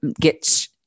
get